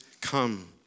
come